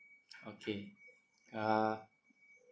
okay uh